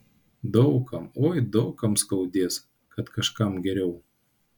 daug kam oi daug kam skaudės kad kažkam geriau